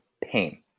pain